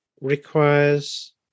requires